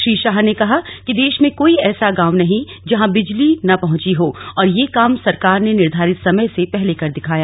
श्री शाह ने कहा कि देश में ऐसा कोई गांव नहीं है जहां बिजली न पहंची हो और यह काम सरकार ने निर्धारित समय से पहले कर दिखाया